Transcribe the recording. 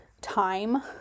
time